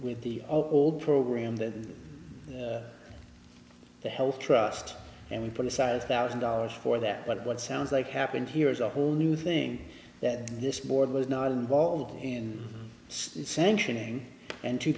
with the old program that the health trust and we put aside a thousand dollars for that but what sounds like happened here is a whole new thing that this board was not involved in sanctioning and two